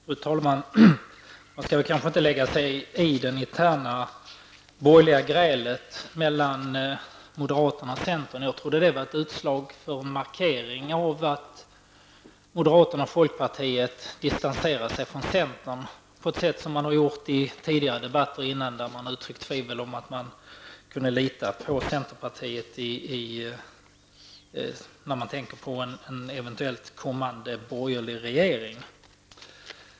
Fru talman! Man skall kanske inte lägga sig i det interna borgerliga grälet mellan moderaterna och centern. Jag trodde att det var en markering av att moderaterna och folkpartiet distanserat sig från centern, på samma sätt som man har gjort i tidigare debatter, där man har uttryckt tvivel om att man kunde lita på centerpartiet med tanke på en eventuellt kommande borgerlig regering.